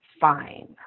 fine